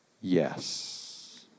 Yes